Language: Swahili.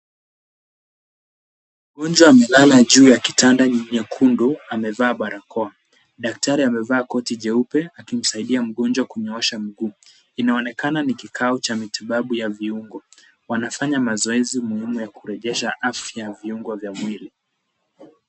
Mgonjwa amelala juu ya kitanda nyekundu, amevaa barakoa. Daktari amevaa koti jeupe akimsaidia mgonjwa kunyoosha mguu. Inaonekana ni kikao cha matibabu ya viungo. Wanafanya mazoezi muhimu ya kurejesha afya ya viungo vya mwili.